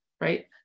right